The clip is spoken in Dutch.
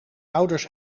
ouders